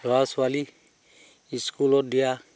ল'ৰা ছোৱালী স্কুলত দিয়া